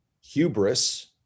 hubris